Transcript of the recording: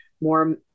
more